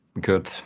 Good